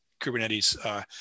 Kubernetes